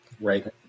right